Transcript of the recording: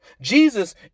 Jesus